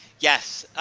yes,